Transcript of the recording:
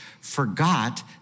forgot